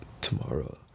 tomorrow